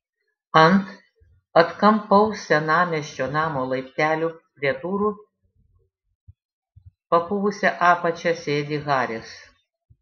ant atkampaus senamiesčio namo laiptelių prie durų papuvusia apačia sėdi haris